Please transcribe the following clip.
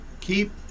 keep